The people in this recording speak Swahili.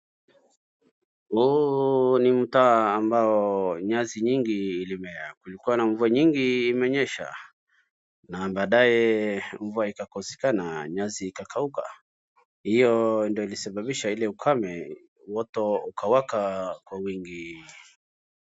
Huu ni mtaa ambao nyasi nyingi ilimea. Kulikuwa na mvua nyingi imenyesha na baadaye mvua ikakosekana, nyasi ikakauka hiyo ndiyo ilisababisha ile ukame moto ukawaka kwa wingi.